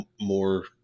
more